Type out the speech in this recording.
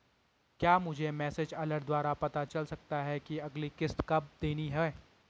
क्या मुझे message alert द्वारा पता चल सकता कि अगली किश्त कब देनी है?